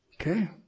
Okay